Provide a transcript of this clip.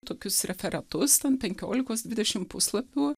tokius referatus ten penkiolikos dvidešim puslapių